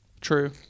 True